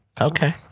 Okay